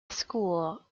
school